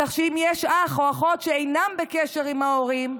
כך שאם יש אח או אחות שאינם בקשר עם ההורים,